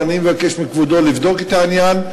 אבל אני מבקש מכבודו לבדוק את העניין,